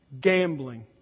gambling